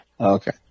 Okay